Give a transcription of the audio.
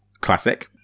classic